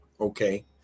okay